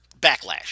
backlash